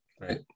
Right